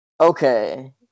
Okay